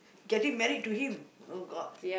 getting married to him oh-god